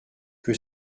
que